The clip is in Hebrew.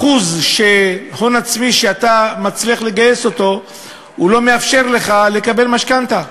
אחוז ההון העצמי שאתה מצליח לגייס לא מאפשר לך לקבל משכנתה.